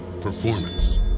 performance